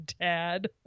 dad